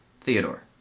Theodore